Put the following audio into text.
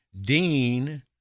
Dean